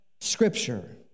Scripture